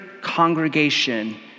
congregation